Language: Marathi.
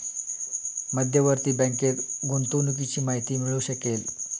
मध्यवर्ती बँकेत गुंतवणुकीची माहिती मिळू शकेल